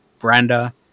Brenda